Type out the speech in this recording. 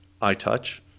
iTouch